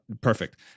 perfect